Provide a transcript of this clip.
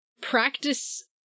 practice